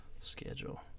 schedule